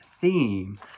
theme